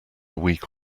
week